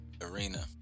arena